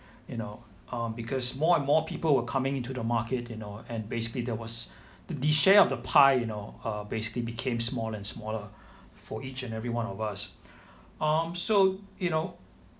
you know uh because more and more people were coming in to the market you know and basically there was the the share of the pie you know uh basically became smaller and smaller for each and everyone of us um so you know